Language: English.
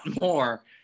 more